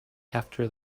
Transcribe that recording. after